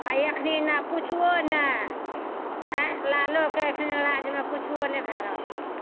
आओर एखनी ना कुछो ने आँय लालूके एखन राज्यमे कुछो नहि भए रहल छै